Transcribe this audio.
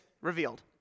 revealed